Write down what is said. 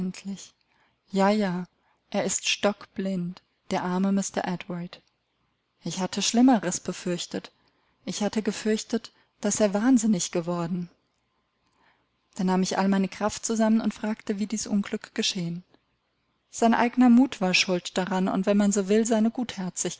ja ja er ist stockblind der arme mr edward ich hatte schlimmeres befürchtet ich hatte gefürchtet daß er wahnsinnig geworden dann nahm ich all meine kraft zusammen und fragte wie dies unglück geschehen sein eigner mut war schuld daran und wenn man so will seine